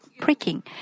pricking